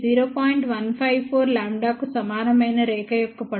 154 λ కు సమానమైన రేఖ యొక్క పొడవు